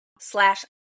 slash